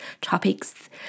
topics